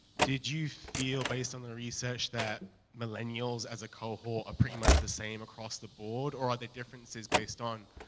did you feel, based on the research, that millennials as a cohort are ah pretty much the same across the board, or are there differences based on,